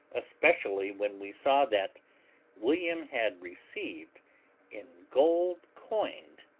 especially when we saw that william had received in gold coined,